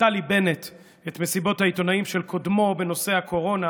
נפתלי בנט את מסיבות העיתונאים של קודמו בנושא הקורונה,